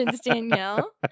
Danielle